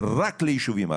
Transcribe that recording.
רק ליישובים ערביים,